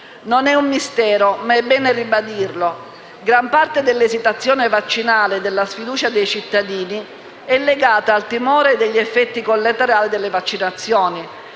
Non è un mistero, ma è bene ribadirlo: gran parte dell'esitazione vaccinale e della sfiducia dei cittadini è legata al timore degli effetti collaterali delle vaccinazioni,